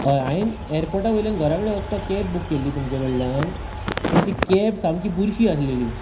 हय हांवें एर्पोटा वयल्यान घरा वचपाक कॅब बुक केल्ली तुमच्या कडल्यान पूण ती कॅब सामकी बुरशी आसलेली